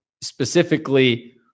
specifically